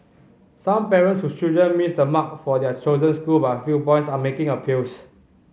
some parents whose children missed the mark for their chosen school by a few points are making appeals